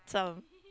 some